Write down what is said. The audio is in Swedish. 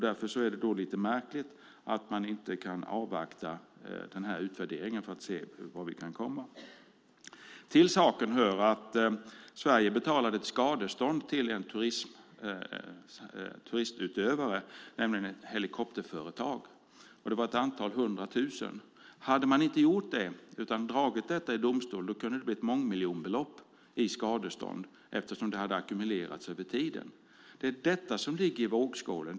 Därför är det lite märkligt att man inte kan avvakta den här utvärderingen och se vart vi kan komma. Till saken hör att Sverige betalat skadestånd på ett antal hundra tusen kronor till en turistutövare, ett helikopterföretag. Hade man inte gjort det utan låtit ärendet dras i domstol hade det kunnat bli mångmiljonbelopp i skadestånd eftersom beloppet under tiden hade ackumulerats. Detta ligger i vågskålen.